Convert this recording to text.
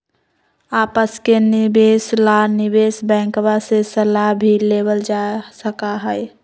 आपस के निवेश ला निवेश बैंकवा से सलाह भी लेवल जा सका हई